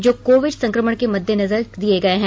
जो कोविड संक्रमण के मद्देनजर दिये गये हैं